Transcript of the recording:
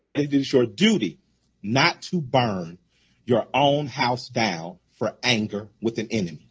it is your duty not to burn your own house down for anger with an enemy.